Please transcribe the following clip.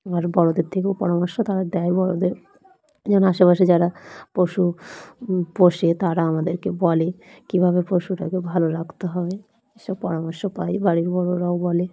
আর বড়দের থেকেও পরামর্শ তারা দেয় বড়দের যেমন আশেপাশে যারা পশু পোষে তারা আমাদেরকে বলে কীভাবে পশুটাকে ভালো রাকতে হবে এসব পরামর্শ পাই বাড়ির বড়রাও বলে